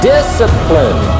Discipline